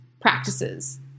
practices